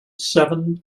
seven